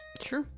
Sure